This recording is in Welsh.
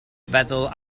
feddwl